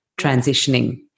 transitioning